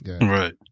right